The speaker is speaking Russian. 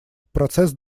процесс